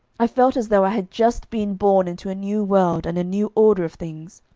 i felt as though i had just been born into a new world and a new order of things.